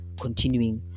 continuing